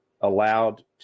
allowed